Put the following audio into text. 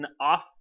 off